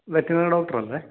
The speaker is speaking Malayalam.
വെറ്റിനറി ഡോക്ടറല്ലേ